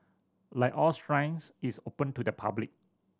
like all shrines it's open to the public